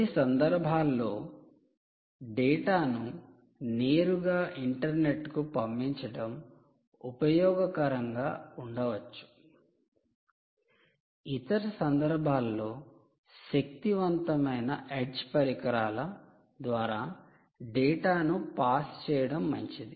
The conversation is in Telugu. కొన్ని సందర్భాల్లో డేటాను నేరుగా ఇంటర్నెట్కు పంపించడం ఉపయోగకరంగా ఉండవచ్చు ఇతర సందర్భాల్లో శక్తివంతమైన ఎడ్జ్ పరికరాల ద్వారా డేటాను పాస్ చేయడం మంచిది